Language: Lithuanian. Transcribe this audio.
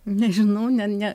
nežinau ne ne